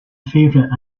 favorite